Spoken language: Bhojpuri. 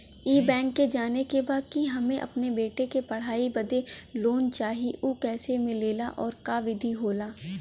ई बैंक से जाने के बा की हमे अपने बेटा के पढ़ाई बदे लोन चाही ऊ कैसे मिलेला और का विधि होला?